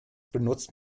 benutzt